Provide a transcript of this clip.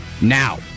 now